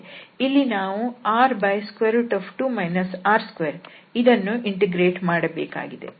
ಇಲ್ಲಿ ನಾವು r2 r2 ಇದನ್ನು ಇಂಟಿಗ್ರೇಟ್ ಮಾಡಬೇಕಾಗಿದೆ